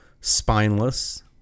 spineless